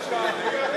התכוונתי להצביע נגד.